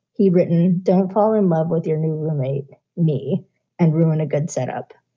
he written. don't fall in love with your new roommate me and ruin a good setup.